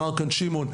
אמר כאן שמעון,